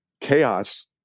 chaos